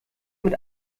mit